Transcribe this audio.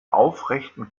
aufrechten